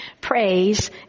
praise